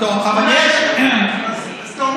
אז אתה אומר